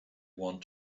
want